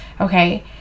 Okay